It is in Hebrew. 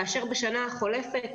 כאשר בשנה החולפת,